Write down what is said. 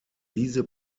diese